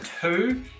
two